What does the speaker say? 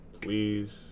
please